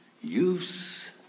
use